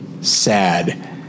sad